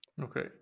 Okay